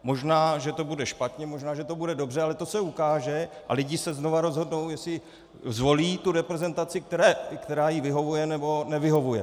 Možná že to bude špatně, možná že to bude dobře, ale to se ukáže a lidi se znovu rozhodnou, jestli zvolí tu reprezentaci, která jim vyhovuje nebo nevyhovuje.